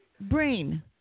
Brain